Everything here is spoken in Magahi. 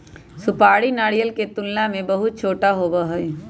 सुपारी नारियल के तुलना में बहुत छोटा होबा हई